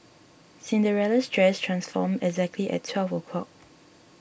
Cinderella's dress transformed exactly at twelve o'clock